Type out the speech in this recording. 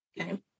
Okay